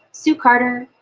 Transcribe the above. sue carter,